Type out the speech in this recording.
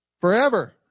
forever